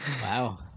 wow